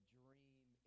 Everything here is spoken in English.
dream